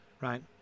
right